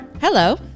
Hello